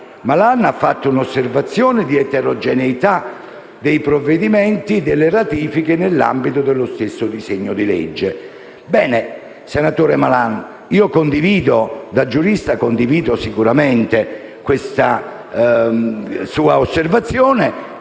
Malan ha fatto un'osservazione circa l'eterogeneità dei provvedimenti di ratifica nell'ambito dello stesso disegno di legge.